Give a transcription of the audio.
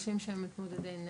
הבנתי, זה בתהליכי הגיבוש שלו.